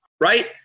Right